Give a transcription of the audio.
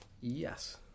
Yes